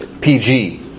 PG